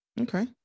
Okay